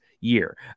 year